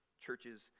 churches